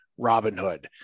Robinhood